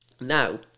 Now